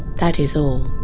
that is all.